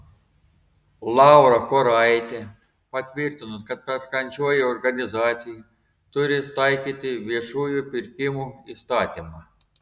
laura kuoraitė patvirtino kad perkančioji organizacija turi taikyti viešųjų pirkimų įstatymą